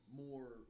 more